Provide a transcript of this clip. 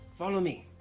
follow me,